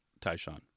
Tyshawn